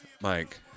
Mike